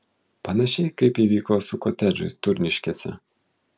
panašiai kaip įvyko su kotedžais turniškėse